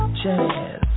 jazz